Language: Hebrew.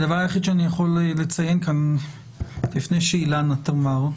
הדבר היחיד שאני יכול לציין כאן לפני שאילנה תגיב,